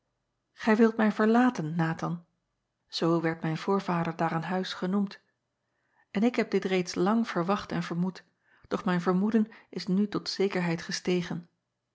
gij wilt mij verlaten athan zoo werd mijn voorvader daar aan huis genoemd en ik heb dit reeds lang verwacht en vermoed doch mijn vermoeden is nu tot zekerheid gestegen